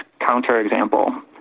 counterexample